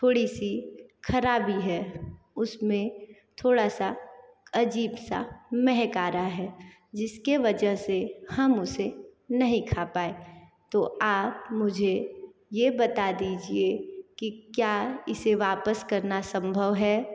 थोड़ी सी ख़राबी है उसमें थोड़ा सा अज़ीब सा महक आ रहा है जिसके वजह से हम उसे नहीं खा पाए तो आप मुझे यह बता दीजिए कि क्या इसे वापस करना सम्भव है